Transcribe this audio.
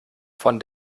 von